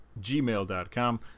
gmail.com